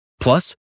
Plus